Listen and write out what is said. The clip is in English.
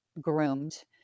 groomed